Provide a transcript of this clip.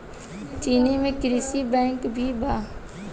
चीन में कृषि बैंक भी बा